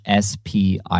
SPI